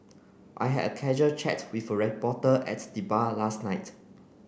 I had a casual chat with reporter at the bar last night